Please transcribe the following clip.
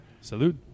Salute